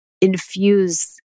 infuse